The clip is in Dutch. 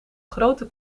grote